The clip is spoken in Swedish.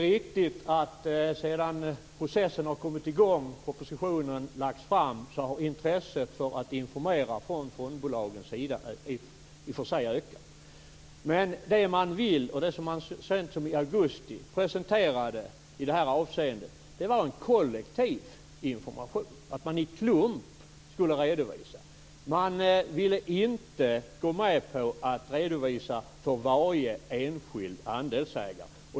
Fru talman! Det är i och för sig riktigt att intresset för att informera från fondbolagens sida har ökat sedan processen har kommit i gång och propositionen lagts fram. Men det man vill ge, och det som man så sent som i augusti presenterade i detta avseende, var en kollektiv information. Man skulle redovisa i klump. Man ville inte gå med på att redovisa för varje enskild andelsägare.